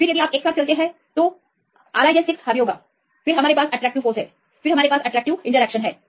फिर यदि आप एक साथ चलते हैं तो R i j 6 हावी होगा फिर हमारे पास आकर्षक बल है फिर हमारे पास आकर्षक इंटरेक्शन है